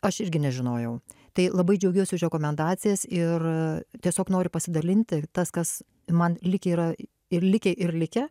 aš irgi nežinojau tai labai džiaugiuosi už rekomendacijas ir tiesiog noriu pasidalinti tas kas man likę yra ir likę ir likę